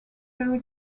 very